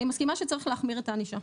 אדוני, אני מסכימה שצריך להחמיר את הענישה.